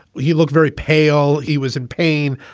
he looked very pale. he was in pain.